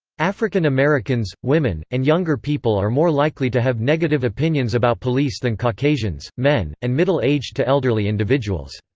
african americans, women, and younger people are more likely to have negative opinions about police than caucasians, men, and middle-aged to elderly individuals.